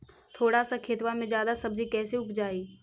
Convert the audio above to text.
थोड़ा सा खेतबा में जादा सब्ज़ी कैसे उपजाई?